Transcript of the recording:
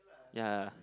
ya